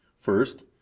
First